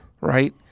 Right